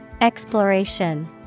Exploration